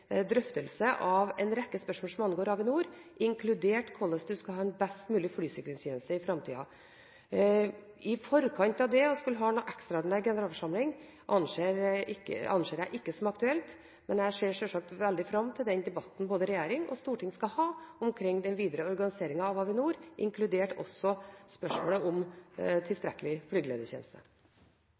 drøftelse av en rekke spørsmål som angår Avinor, inkludert hvordan man skal ha en best mulig flysikringstjeneste i framtiden. I forkant av det å skulle ha en ekstraordinær generalforsamling anser jeg ikke som aktuelt, men jeg ser selvsagt veldig fram til den debatten både regjering og storting skal ha omkring den videre organiseringen av Avinor, inkludert spørsmålet om tilstrekkelig flygeledertjeneste.